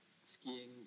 skiing